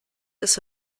ist